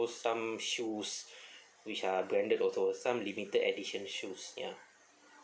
some shoes which are branded also some limited edition shoes ya